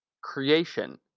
Creation